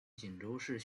锦州市